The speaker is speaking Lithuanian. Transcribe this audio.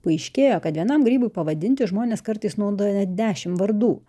paaiškėjo kad vienam grybui pavadinti žmonės kartais naudoja net dešim vardų